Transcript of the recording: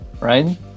right